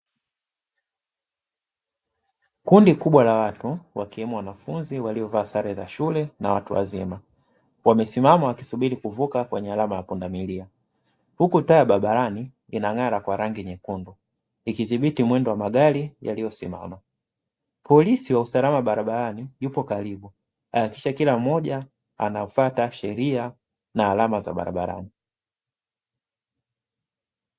Kundi kubwa la watu wakiwemo wanafunzi waliyovaa sare za shule na watu wazima wamesimama wakisubiri kuvuka kwenye alama ya pundamilia, huku taa ya barabarani ina ng'ara kwa rangi nyekundu ikidhibiti mwendo wa magari yanayosimama, polisi wa usalama barabarani yupo karibu akihakikisha kila mmoja anafuata sheria na alama za barabarani.